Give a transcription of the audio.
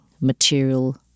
material